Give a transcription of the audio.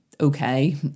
okay